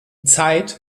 zeit